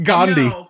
Gandhi